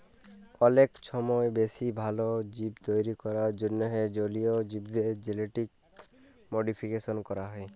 অলেক ছময় বেশি ভাল জীব তৈরি ক্যরার জ্যনহে জলীয় জীবদের জেলেটিক মডিফিকেশল ক্যরা হ্যয়